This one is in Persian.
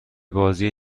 بازی